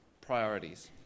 priorities